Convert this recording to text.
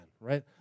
right